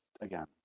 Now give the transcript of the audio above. again